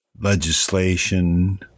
legislation